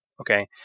okay